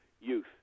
youth